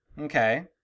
Okay